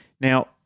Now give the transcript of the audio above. Now